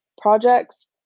projects